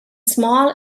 small